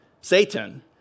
Satan